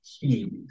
keys